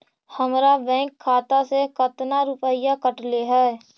हमरा बैंक खाता से कतना रूपैया कटले है?